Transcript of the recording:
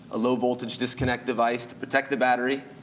ah low voltage disconnect device to protect the battery,